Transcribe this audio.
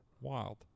Wild